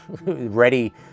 ready